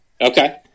Okay